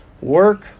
Work